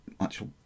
Actual